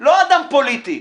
לא אדם פוליטי.